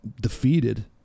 defeated